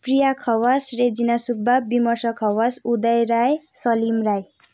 Priya Khawas Regina Subba Bimarsh Khawas Uday Rai Salim Rai